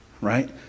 right